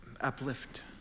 uplift